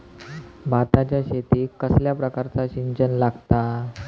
भाताच्या शेतीक कसल्या प्रकारचा सिंचन लागता?